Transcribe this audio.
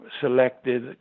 selected